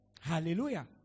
Hallelujah